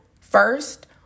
first